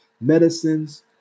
medicines